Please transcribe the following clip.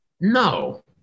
No